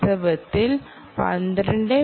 വാസ്തവത്തിൽ 12